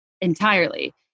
entirely